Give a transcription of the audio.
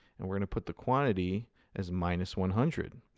and we're going to put the quantity as minus one hundred.